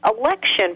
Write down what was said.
election